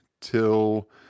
till